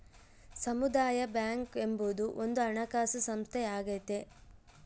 ಸಮುದಾಯ ಬ್ಯಾಂಕ್ ಎಂಬುದು ಒಂದು ಹಣಕಾಸು ಸಂಸ್ಥೆಯಾಗೈತೆ